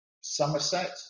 Somerset